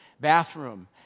bathroom